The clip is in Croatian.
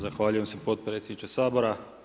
Zahvaljujem se potpredsjedniče Sabora.